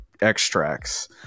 extracts